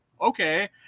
okay